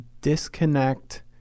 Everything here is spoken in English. disconnect